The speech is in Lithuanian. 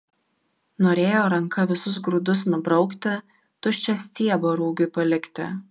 norėjo ranka visus grūdus nubraukti tuščią stiebą rugiui palikti